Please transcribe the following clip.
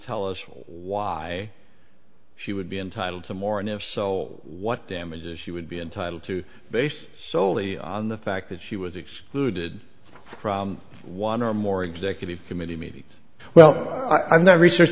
tell us why she would be entitled to more and if so what damages she would be entitled to based solely on the fact that she was excluded from one or more executive committee meetings well i'm not research